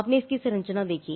आपने इसकी संरचना देखी